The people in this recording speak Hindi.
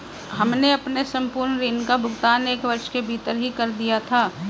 हमने अपने संपूर्ण ऋण का भुगतान एक वर्ष के भीतर ही कर दिया था